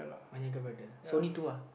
one younger brother so only two uh